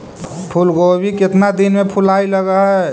फुलगोभी केतना दिन में फुलाइ लग है?